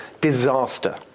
disaster